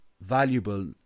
valuable